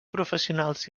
professionals